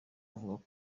avuga